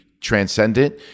transcendent